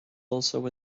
also